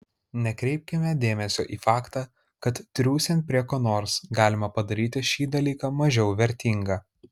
nekreipkime dėmesio į faktą kad triūsiant prie ko nors galima padaryti šį dalyką mažiau vertingą